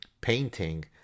painting